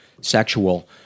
sexual